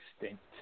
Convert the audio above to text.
extinct